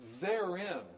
therein